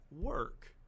work